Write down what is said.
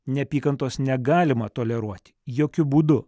neapykantos negalima toleruoti jokiu būdu